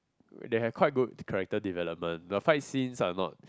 they have quite good character development but fight scenes are not